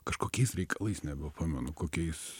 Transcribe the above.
kažkokiais reikalais nebepamenu kokiais